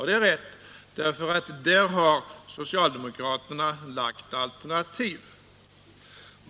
Det är riktigt för där har socialdemokraterna framlagt alternativ.